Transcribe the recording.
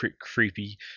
creepy